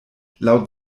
laut